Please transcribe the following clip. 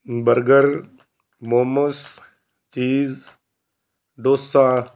burger Momos cheese dosa